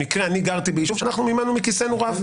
במקרה אני גרתי ביישוב שאנחנו מימנו מכיסנו רב.